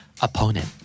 opponent